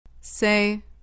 Say